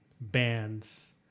bands